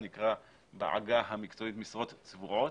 זה נקרא בעגה המקצועית "משרות צבועות",